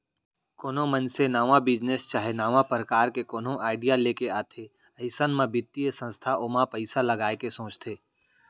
कोनो मनसे नवा बिजनेस चाहे नवा परकार के कोनो आडिया लेके आथे अइसन म बित्तीय संस्था ओमा पइसा लगाय के सोचथे